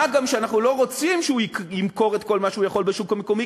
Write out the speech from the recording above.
מה גם שאנחנו לא רוצים שהוא ימכור את כל מה שהוא יכול בשוק המקומי,